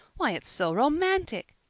why, it's so romantic!